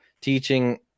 teaching